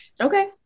Okay